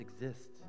exist